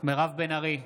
מירב בן ארי,